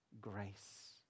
grace